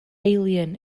alien